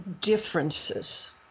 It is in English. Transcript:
differences